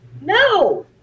No